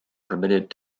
permitted